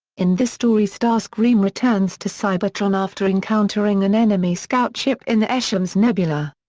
in this story starscream returns to cybertron after encountering an enemy scout ship in the eshems nebula.